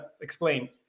explain